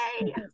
Yay